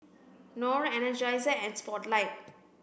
Knorr Energizer and Spotlight